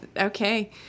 Okay